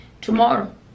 tomorrow